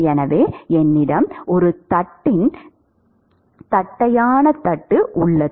எனவே என்னிடம் ஒரு தட்டையான தட்டு உள்ளது